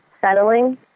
settling